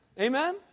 Amen